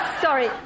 sorry